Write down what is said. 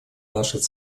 нашей